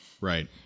Right